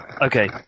Okay